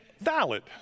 valid